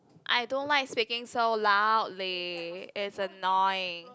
I don't like speaking so loudly it's annoying